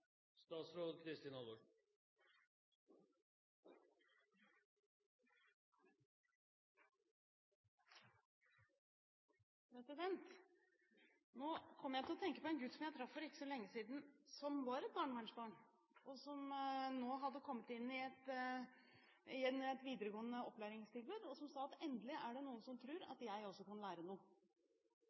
Nå kom jeg til å tenke på en gutt jeg traff for ikke så lenge siden, et barnevernsbarn og som nå hadde kommet inn i et videregående opplæringstilbud. Han sa: Endelig er det noen som tror at jeg også kan lære noe.